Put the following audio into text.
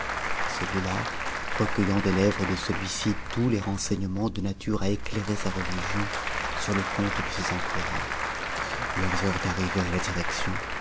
celui-là recueillant des lèvres de celui-ci tous les renseignements de nature à éclairer sa religion sur le compte de ses employés leurs heures d'arrivée à la direction